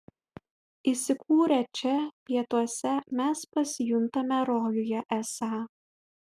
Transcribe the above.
įsikūrę čia pietuose mes pasijuntame rojuje esą